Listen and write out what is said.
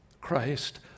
Christ